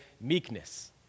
meekness